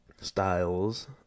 styles